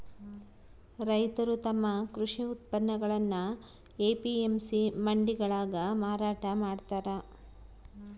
ರೈತರು ತಮ್ಮ ಕೃಷಿ ಉತ್ಪನ್ನಗುಳ್ನ ಎ.ಪಿ.ಎಂ.ಸಿ ಮಂಡಿಗಳಾಗ ಮಾರಾಟ ಮಾಡ್ತಾರ